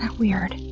weird,